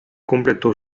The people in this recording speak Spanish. completó